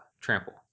trample